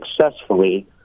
successfully